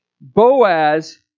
Boaz